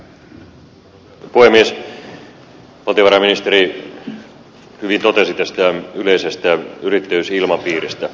valtiovarainministeri hyvin totesi tästä yleisestä yrittäjyysilmapiiristä